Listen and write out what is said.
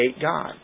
God